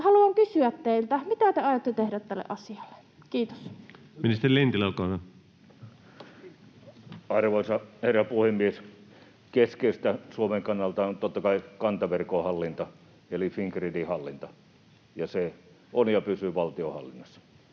haluan kysyä teiltä: mitä te aiotte tehdä tälle asialle? — Kiitos. Ministeri Lintilä, olkaa hyvä. Arvoisa herra puhemies! Keskeistä Suomen kannalta on totta kai kantaverkon hallinta eli Fingridin hallinta, ja se on ja pysyy valtion hallinnassa.